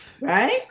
right